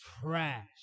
trash